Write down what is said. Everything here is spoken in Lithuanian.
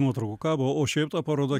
nuotraukų kabo o šiaip paroda